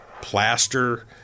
plaster